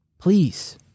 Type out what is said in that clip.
Please